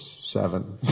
seven